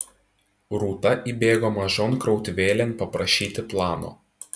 rūta įbėga mažon krautuvėlėn paprašyti plano